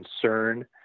concern